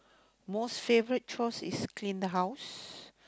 most favourite chores is clean the house